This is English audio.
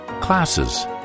Classes